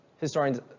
historians